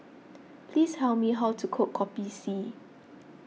please me how to cook Kopi C